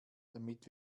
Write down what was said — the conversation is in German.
damit